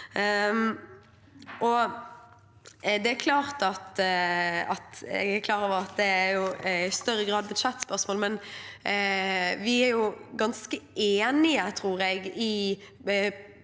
Jeg er klar over at dette i større grad er et budsjettspørsmål, men vi er ganske enige,